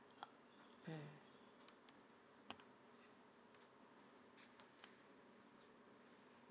mm